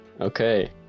okay